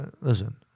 Listen